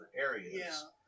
areas